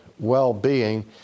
well-being